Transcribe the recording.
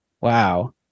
Wow